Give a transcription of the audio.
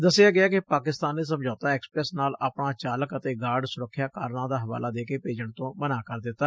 ਦਸਿਆ ਗਿਐ ਕਿ ਪਾਕਿਸਤਾਨ ਨੇ ਸਮਝੌਤਾ ਐਕਸਪੈਸ ਨਾਲ ਆਪਣਾ ਚਾਲਕ ਅਤੇ ਗਾਰਡ ਸੁਰੱਖਿਆ ਕਾਰਨਾਂ ਦਾ ਹਵਾਲਾ ਦੇ ਕੇ ਭੇਜਣ ਤੋਂ ਮਨਾ ਕਰ ਦਿੱਤਾ